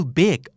big